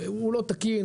הוא לא תקין,